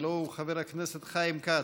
הלוא הוא חבר הכנסת חיים כץ,